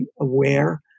aware